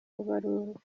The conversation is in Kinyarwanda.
kubarurwa